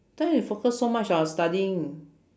don't need to focus so much our studying